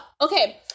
okay